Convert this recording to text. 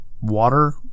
water